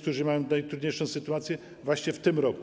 którzy mają najtrudniejszą sytuację właśnie w tym roku.